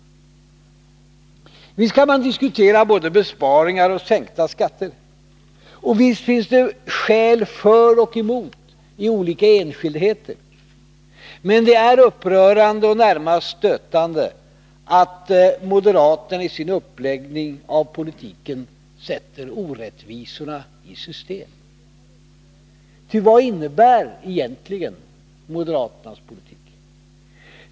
t Visst kan man diskutera både besparingar och sänkta skatter. Visst finns det skäl för och emot i olika enskildheter. Men det är upprörande och närmast stötande att moderaterna i sin uppläggning av politiken sätter orättvisorna i system. Ty vad innebär egentligen moderaternas politik?